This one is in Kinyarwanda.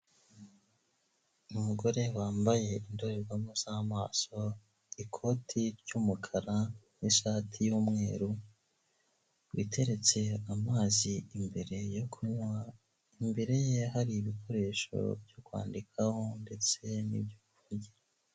Umugore wambaye indorerwamo z'amaso, ikoti ry'umukara n'ishati y'mweru witeretse amazi imbere yo kunywa, imbere ye hari ibikoresho byo kwandikaho ndetse n'ibyo kuvugiraho.